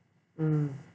mm